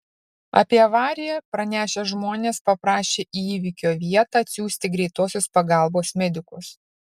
apie avariją pranešę žmonės paprašė į įvykio vietą atsiųsti greitosios pagalbos medikus